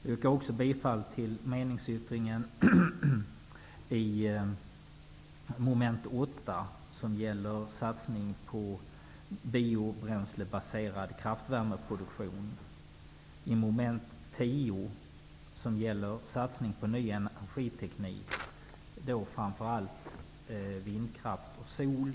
Jag yrkar också bifall till meningsyttringen till mom. 8, som gäller satsning på biobränslebaserd kraftvärmeproduktion. Vidare yrkar jag bifall till meningsyttringen till mom. 10, som gäller satsning på ny energiteknik och framför allt vindkraft och sol.